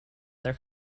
their